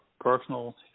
personal